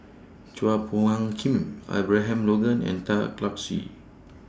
Chua Phung Kim Abraham Logan and Tan Lark Sye